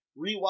rewatch